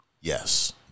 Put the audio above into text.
Yes